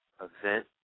event